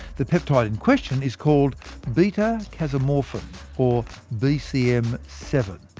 the peptide in question is called beta-casomorphin, or bcm seven.